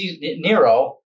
Nero